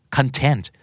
Content